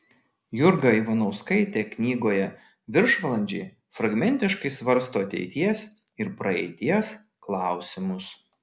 jurga ivanauskaitė knygoje viršvalandžiai fragmentiškai svarsto ateities ir praeities klausimus